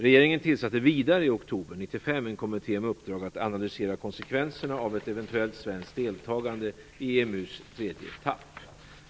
Regeringen tillsatte vidare i oktober 1995 en kommitté med uppdrag att analysera konsekvenserna av ett eventuellt svenskt deltagande i EMU:s tredje etapp.